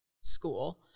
school